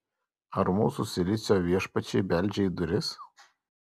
ar mūsų silicio viešpačiai beldžia į duris